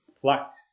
plucked